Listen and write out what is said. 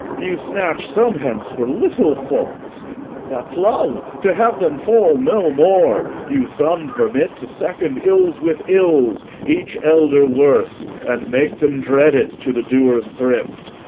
you snatch some hence for little faults that's love, to have them fall no more. you some permit to second ills with ills, each elder worse, and make them dread it, to the doer's thrift.